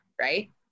right